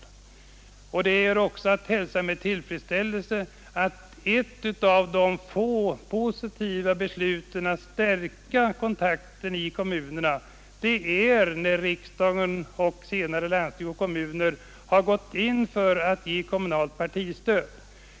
Ett av de få beslut som bidragit till att stärka kontakterna i kommunerna och som jag hälsar med tillfredsställelse är att riksdagen och senare landsting och kommuner har gått in för att ge partistöd.